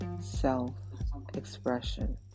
self-expression